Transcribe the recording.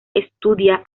estudia